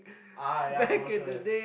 ah ya for sure